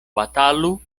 batalu